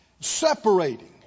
separating